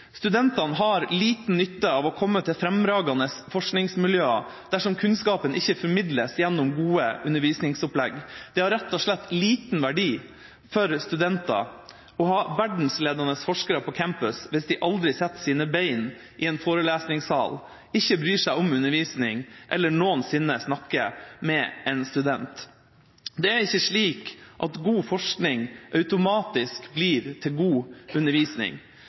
Studentene har liten nytte av å komme til fremragende forskningsmiljøer dersom kunnskapen ikke formidles gjennom gode undervisningsopplegg. Det har rett og slett liten verdi for studenter å ha verdensledende forskere på campus hvis de aldri setter sine bein i en forelesningssal, ikke bryr seg om undervisning eller noensinne snakker med en student. Det er ikke slik at god forskning automatisk blir til god undervisning.